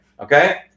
Okay